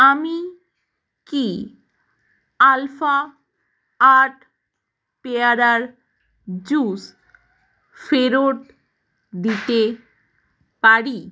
আমি কি আলফা আট পেয়ারার জুস ফেরত দিতে পারি